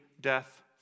death